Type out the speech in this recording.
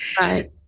Right